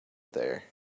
there